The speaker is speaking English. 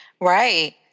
Right